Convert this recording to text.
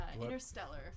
interstellar